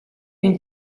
une